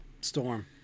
storm